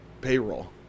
payroll